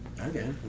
Okay